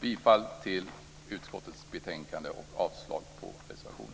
Jag yrkar bifall till utskottets hemställan i betänkandet och avslag på reservationen.